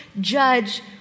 judge